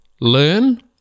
learn